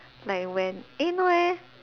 like when eh no eh